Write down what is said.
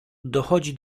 dochodzi